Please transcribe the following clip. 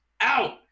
out